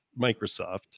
Microsoft